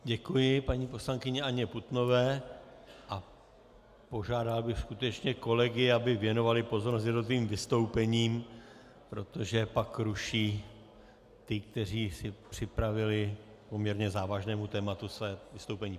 Děkuji paní poslankyni Anně Putnové a požádal bych skutečně kolegy, aby věnovali pozornost jednotlivým vystoupením, protože pak ruší ty, kteří si připravili k poměrně závažnému tématu své vystoupení.